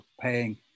paying